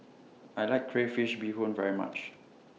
I like Crayfish Beehoon very much